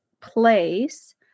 place